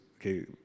Okay